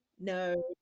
no